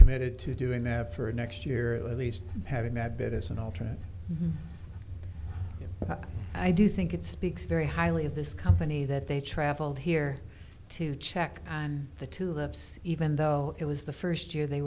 committed to doing that for next year at least having that bet as an alternate i do think it speaks very highly of this company that they traveled here to check on the two halves even though it was the first year they